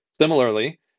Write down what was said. Similarly